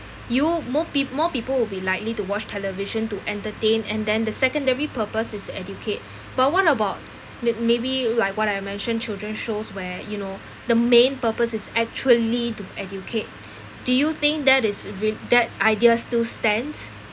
you more pe~ more people will be likely to watch television to entertain and then the secondary purpose is to educate but what about may~ maybe like what I mentioned children shows where you know the main purpose is actually to educate do you think that is re~ that idea still stands